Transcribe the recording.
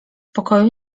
pokoju